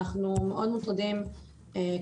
אנחנו מאוד מוטרדים מהחוק הזה,